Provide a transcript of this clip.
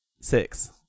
Six